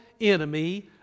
enemy